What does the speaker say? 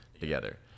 together